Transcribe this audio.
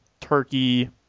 turkey